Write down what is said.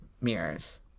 mirrors